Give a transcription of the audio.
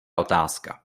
otázka